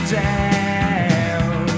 down